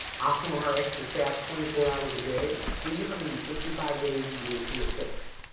optumrx is staffed twenty four hours a day, three hundred and sixty five days a year to assist.